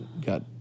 got